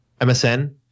MSN